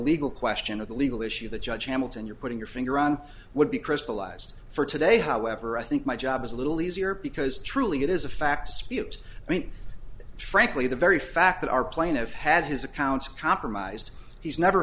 legal question of the legal issue the judge hamilton you're putting your finger on would be crystallized for today however i think my job is a little easier because truly it is a fact i mean frankly the very fact that our plane of had his accounts compromised he's never